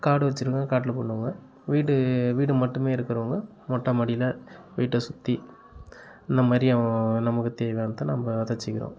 காடு வச்சிருக்கவுங்க காட்டில் பண்ணுவாங்க வீடு வீடு மட்டுமே இருக்கறவங்க மொட்ட மாடியில் வீட்டை சுற்றி இந்த மாதிரியும் நமக்கு தேவையானதை நம்ம விதச்சிக்கிறோம்